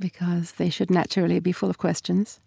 because they should naturally be full of questions.